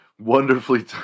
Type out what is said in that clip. wonderfully